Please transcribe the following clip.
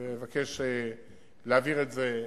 ומבקש להעביר את ההצעה,